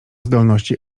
zdolności